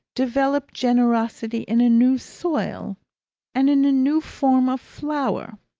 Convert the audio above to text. develop generosity in a new soil and in a new form of flower.